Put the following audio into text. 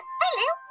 hello